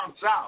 south